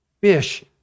fish